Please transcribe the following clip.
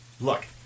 look